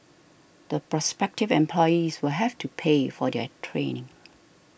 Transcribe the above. the prospective employees will have to pay for their training